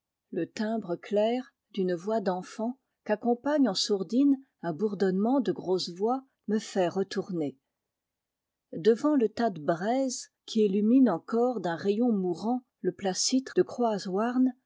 le timbre clair d'une voix d'enfant qu'accompagne en sourdine un bourdonnement de grosses voix me fait retourner devant le tas de braise qui illumine encore d'un rayon mourant le placître de